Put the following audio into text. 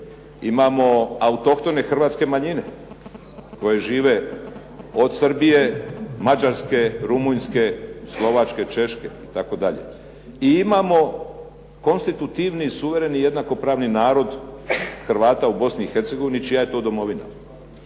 Imamo autohtone hrvatske manjine koji žive od Srbije, Mađarske, Rumunjske, Slovačke, Češke itd. I imamo konstitutivni suvereni jednakopravni narod Hrvata u Bosni i Hercegovini čija je to domovina.